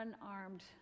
unarmed